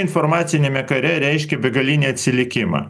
informaciniame kare reiškia begalinį atsilikimą